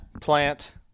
plant